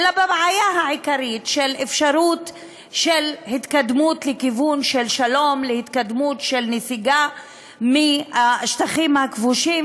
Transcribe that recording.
של אפשרות של התקדמות לשלום ולנסיגה מהשטחים הכבושים,